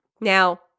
Now